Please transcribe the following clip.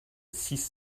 six